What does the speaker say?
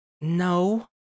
no